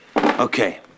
Okay